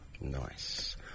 Nice